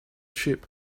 ship